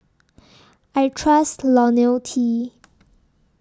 I Trust Lonil T